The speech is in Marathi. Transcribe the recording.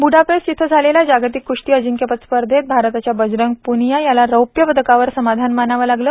ब्डापेस्ट इथं झालेल्या जागतिक कुस्ती अंजिक्यपद स्पर्धेत भारताच्या बजरंग प्निया याला रौप्य पदकावर समाधान मानावं लागलं